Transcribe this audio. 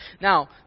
Now